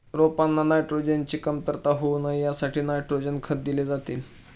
रोपांना नायट्रोजनची कमतरता होऊ नये यासाठी नायट्रोजन खत दिले जाते